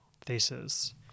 thesis